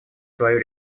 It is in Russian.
свою